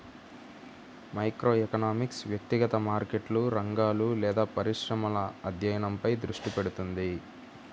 microeconomics వ్యక్తిగత మార్కెట్లు, రంగాలు లేదా పరిశ్రమల అధ్యయనంపై దృష్టి పెడుతుంది